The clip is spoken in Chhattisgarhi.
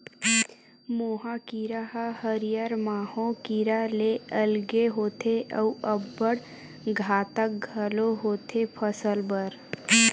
मोहा कीरा ह हरियर माहो कीरा ले अलगे होथे अउ अब्बड़ घातक घलोक होथे फसल बर